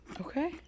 Okay